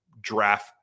draft